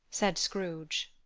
said scrooge.